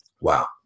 Wow